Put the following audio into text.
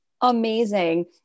amazing